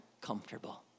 comfortable